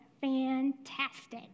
fantastic